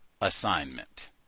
assignment